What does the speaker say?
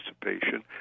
participation